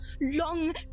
long